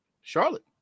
Charlotte